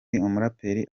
umuraperi